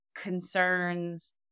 concerns